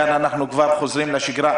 כאן אנחנו כבר חוזרים לשגרה?